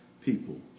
people